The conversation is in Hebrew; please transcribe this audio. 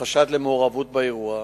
בחשד למעורבות באירוע.